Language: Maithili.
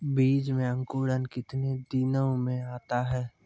बीज मे अंकुरण कितने दिनों मे आता हैं?